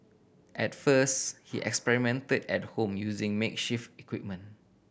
at first he experimented at home using makeshift equipment